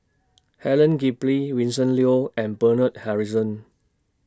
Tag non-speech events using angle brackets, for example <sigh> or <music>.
Helen <unintelligible> Vincent Leow and Bernard Harrison